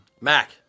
Mac